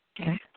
Okay